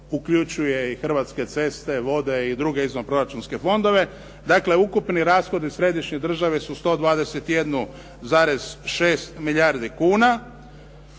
uključuje i Hrvatske ceste, vode i druge izvanproračunske fondove, dakle ukupni rashodi središnje države su 121,6 milijardi kuna.